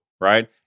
right